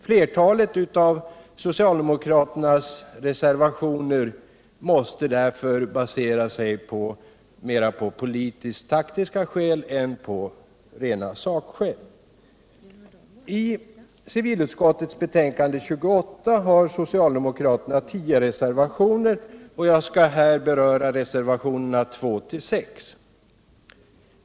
Flertalet av socialdemokraternas reservationer måste därför basera sig på mera politiskt taktiska skäl än på rena sakskäl. Vid civilutskottets betänkande nr 28 har socialdemokraterna fogat tio reservationer, av vilka jag här skall beröra reservationerna 2-6.